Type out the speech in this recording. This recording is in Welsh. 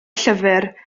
llyfr